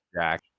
Jack